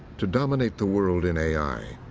to dominate the world in a i,